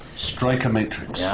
strike a matrix?